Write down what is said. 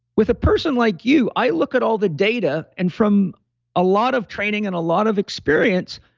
with a person like you, i look at all the data and from a lot of training and a lot of experience,